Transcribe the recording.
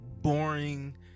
boring